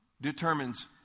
determines